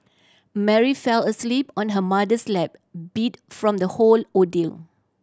Mary fell asleep on her mother's lap beat from the whole ordeal